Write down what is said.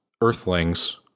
Earthlings